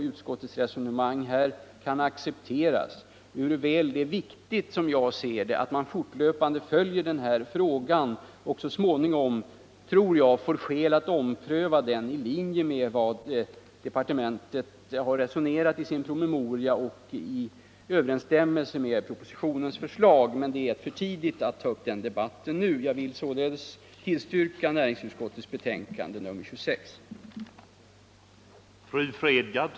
Utskottets resonemang kan accepteras; men det är, som jag ser det, viktigt att man fortlöpande följer den här frågan. Så småningom tror jag att man får skäl att ompröva det hela i linje med resonemanget i departementpromemorian och i överensstämmelse med propositionens förslag. Det är emellertid för tidigt att ta upp den debatten nu. Jag vill således yrka bifall till näringsutskottets hemställan i betänkandet nr 26.